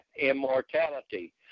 immortality